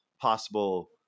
possible